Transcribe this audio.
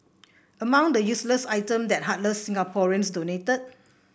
among the useless items that heartless Singaporeans donated